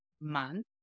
month